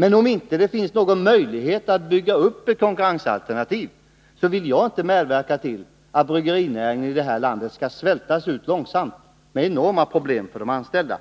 Men om det inte finns någon möjlighet att bygga upp ett konkurrensalternativ, så vill jag inte medverka till att bryggerinäringen här i landet skall svältas ut långsamt, med enorma problem för de anställda